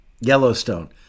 Yellowstone